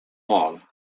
mall